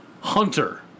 Hunter